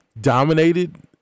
dominated